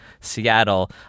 Seattle